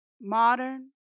modern